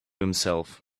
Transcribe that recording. himself